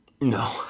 no